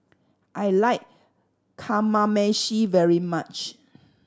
I like Kamameshi very much